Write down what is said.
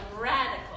radical